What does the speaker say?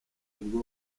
kubwo